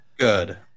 Good